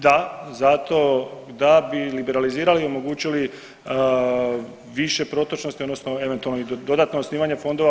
Da, zato da bi liberalizirali i omogućili više protočnosti, odnosno eventualno i dodatno osnivanje fondova.